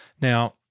Now